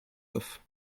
off